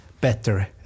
better